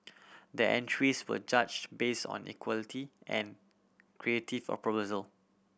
the entries were judged based on equality and creative of proposal